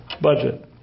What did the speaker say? budget